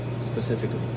specifically